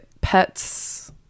pets